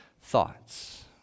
thoughts